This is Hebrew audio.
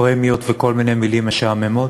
פרמיות וכל מיני מילים משעממות.